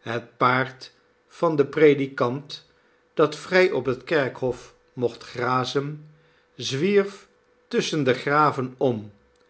het paard van den predikant dat vrij op het kerkhof mocht grazen zwierf tusschen de graven om